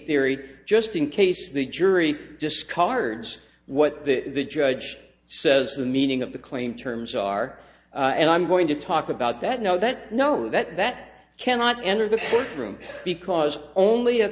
theory just in case the jury discards what the judge says the meaning of the claim terms are and i'm going to talk about that no then know that that cannot enter the courtroom because only a